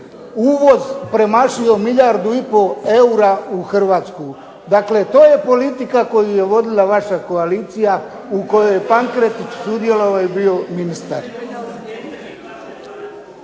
uvoz premašio milijardu i pol eura u Hrvatsku. Dakle, to je politika koju je vodila vaša koalicija u kojoj je Pankretić sudjelovao i bio ministar.